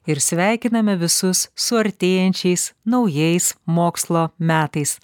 ir sveikiname visus su artėjančiais naujais mokslo metais